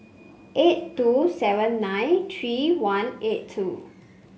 eight two seven nine three one eight two